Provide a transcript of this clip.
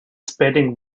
spending